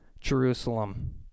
Jerusalem